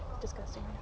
disgusting